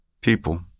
people